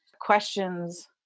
questions